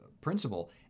principle